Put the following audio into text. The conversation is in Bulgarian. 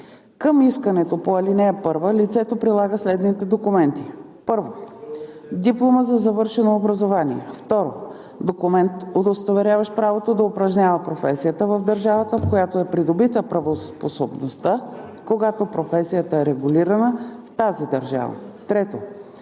Към искането по ал. 1 лицето прилага следните документи: 1. диплома за завършено образование; 2. документ, удостоверяващ правото да упражнява професията в държавата, в която е придобита правоспособността, когато професията е регулирана в тази държава; 3.